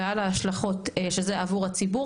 ועל ההשלכות שזה עבור הציבור,